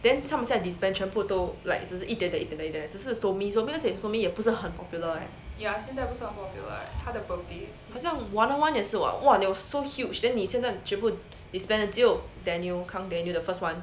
then 他们现在 disband 全部都 like 只是一点点一点点一点点只是 somi somi 也不是很 popular leh 很像 one oh one 也是 !wah! they were so huge then 你现在全部 disband 只有 daniel kang daniel the first [one]